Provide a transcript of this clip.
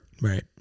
Right